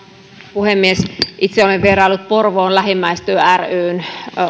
puhemies itse olen vieraillut porvoon lähimmäistyö ryn